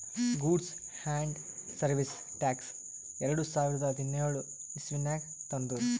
goods and service tax ಎರಡು ಸಾವಿರದ ಹದಿನ್ಯೋಳ್ ಇಸವಿನಾಗ್ ತಂದುರ್